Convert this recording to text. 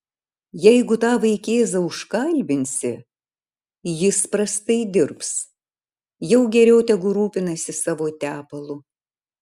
jeigu tą vaikėzą užkalbinsi jis prastai dirbs jau geriau tegu rūpinasi savo tepalu